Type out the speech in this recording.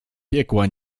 piekła